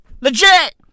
Legit